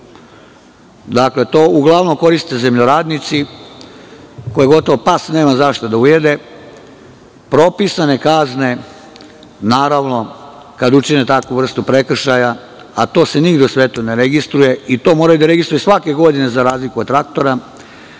itd. Dakle, to uglavnom koriste zemljoradnici, koje gotovo nema za šta da pas ujede, propisane kazne, naravno kad učine takvu vrstu prekršaja, a to se nigde u svetu ne registruje, i to moraju da registruju svake godine, za razliku od traktora.